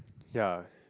ya